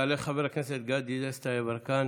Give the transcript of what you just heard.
יעלה חבר הכנסת גדי דסטה יברקן.